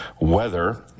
weather